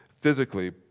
physically